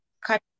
cut